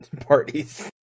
parties